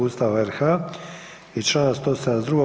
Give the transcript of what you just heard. Ustava RH i čl. 172.